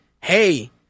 hey